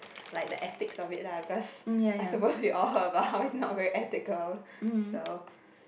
like the ethics of it lah because I supposed we all heard about it's not very ethical so